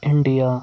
India